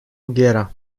ogiera